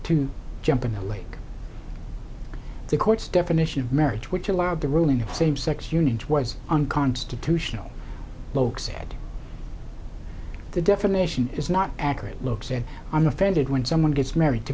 to jump in the lake the court's definition of marriage which allowed the ruling of same sex unions was unconstitutional loke said the definition is not accurate look said i'm offended when someone gets married to